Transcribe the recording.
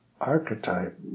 archetype